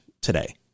today